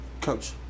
Coach